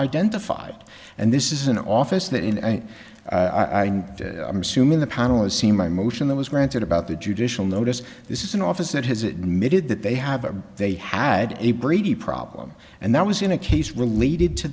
identified and this is an office that in and i'm assuming the panel has seen my motion that was granted about the judicial notice this is an office that has admitted that they have a they had a brady problem and that was in a case related to